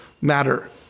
matter